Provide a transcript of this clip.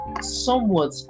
somewhat